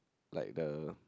like the